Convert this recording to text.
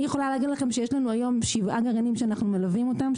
אני יכולה להגיד לכם שיש לנו היום שבעה גרעינים שאנחנו מלווים אותם,